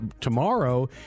tomorrow